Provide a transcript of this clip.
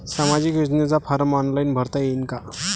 सामाजिक योजनेचा form online भरता येईन का?